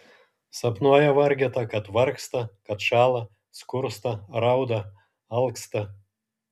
sapnuoja vargeta kad vargsta kad šąla skursta rauda alksta